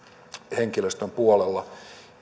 henkilöstön puolella